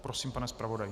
Prosím, pane zpravodaji.